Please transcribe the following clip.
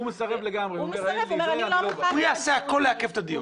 הוא יעשה הכול לעכב את הדיון.